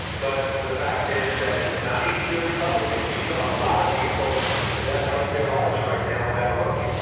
but the fact is that it's not easy for and republicans, because you have a lot of people that like their lives right now without working.